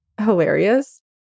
hilarious